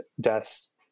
deaths